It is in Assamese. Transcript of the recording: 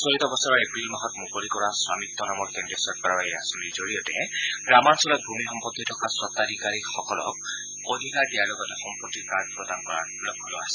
চলিত বছৰৰ এপ্ৰিল মাহত মুকলি কৰা স্বামিত্ব নামৰ কেন্দ্ৰীয় চৰকাৰৰ এই আঁচনিৰ জৰিয়তে গ্ৰামাঞ্চলত ভূমি সম্পত্তি থকা স্বতাধিকাৰীসকলক অধিকাৰ দিয়াৰ লগতে সম্পত্তিৰ কাৰ্ড প্ৰদান কৰাৰ লক্ষ্য লোৱা হৈছে